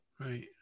Right